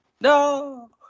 No